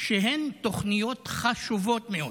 שהן תוכניות חשובות מאוד.